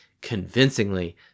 convincingly